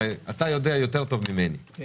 הרי אתה יודע יותר טוב ממני כי